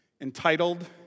entitled